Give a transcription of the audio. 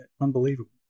Unbelievable